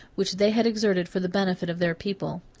which they had exerted for the benefit of their people.